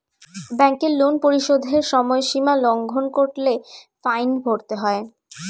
ব্যাংকের লোন পরিশোধের সময়সীমা লঙ্ঘন করলে ফাইন ভরতে হয়